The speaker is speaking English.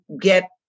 get